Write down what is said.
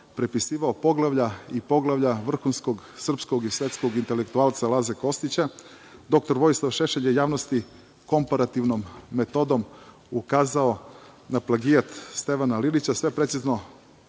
prepisivao poglavlja i poglavlja vrhunskog srpskog i svetskog intelektualca Laze Kostića. Dr Vojislav Šešelj je javnosti komparativnom metodom ukazao na plagijat Stevana Lilića